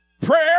Prayer